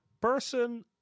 Person